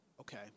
okay